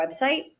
website